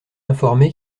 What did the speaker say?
informé